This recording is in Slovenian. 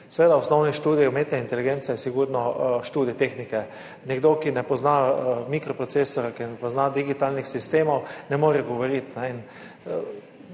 Seveda, osnovni študij umetne inteligence je sigurno študij tehnike. Nekdo, ki ne pozna mikroprocesorja, ki ne pozna digitalnih sistemov, ne more govoriti